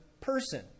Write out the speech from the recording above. person